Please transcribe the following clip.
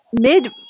mid